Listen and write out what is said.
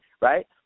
right